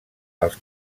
els